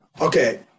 okay